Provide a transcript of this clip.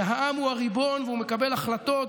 שהעם הוא הריבון והוא מקבל החלטות,